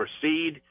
proceed